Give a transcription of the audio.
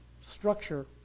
structure